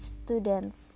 students